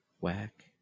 Whack